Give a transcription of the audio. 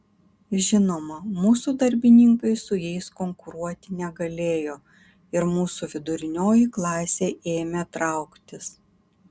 žinoma mūsų darbininkai su jais konkuruoti negalėjo ir mūsų vidurinioji klasė ėmė trauktis